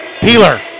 Peeler